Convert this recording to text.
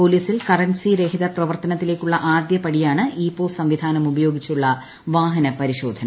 പോലീസിൽ കറൻസി രഹിത പ്രവർത്തനത്തിലേ ക്കുള്ള ആദ്യപടിയാണ് ഇ പോസ് സംവിധാനം ഉപയോഗിച്ചുള്ള വാഹന പരിശോധന